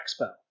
Expo